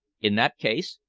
in that case,